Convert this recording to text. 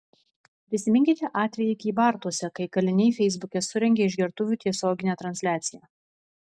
prisiminkite atvejį kybartuose kai kaliniai feisbuke surengė išgertuvių tiesioginę transliaciją